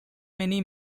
many